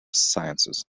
sciences